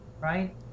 right